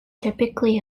typically